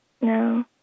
No